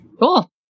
Cool